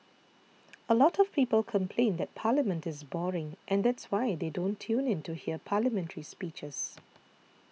a lot of people complain that Parliament is boring and that's why they don't tune in to hear Parliamentary speeches